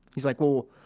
he's like, well,